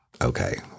Okay